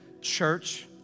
church